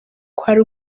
kwari